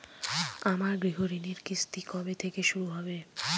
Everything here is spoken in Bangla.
আমার গৃহঋণের কিস্তি কবে থেকে শুরু হবে?